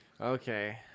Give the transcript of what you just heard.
okay